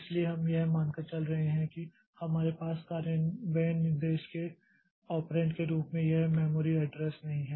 इसलिए हम यह मानकर चल रहे हैं कि हमारे पास कार्यान्वयन निर्देश के ऑपरेंड के रूप में यह मेमोरी एड्रेस नहीं है